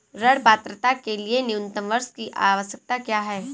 ऋण पात्रता के लिए न्यूनतम वर्ष की आवश्यकता क्या है?